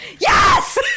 Yes